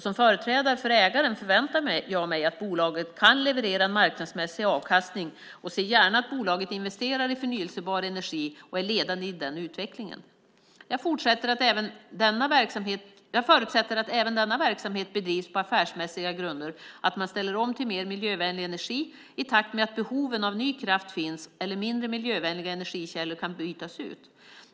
Som företrädare för ägaren förväntar jag mig att bolaget kan leverera en marknadsmässig avkastning, och jag ser gärna att bolaget investerar i förnybar energi och är ledande i den utvecklingen. Jag förutsätter att även denna verksamhet bedrivs på affärsmässiga grunder och att man ställer om till mer miljövänlig energi i takt med att behoven av ny kraft finns eller mindre miljövänliga energikällor kan bytas ut.